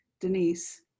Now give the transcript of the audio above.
denise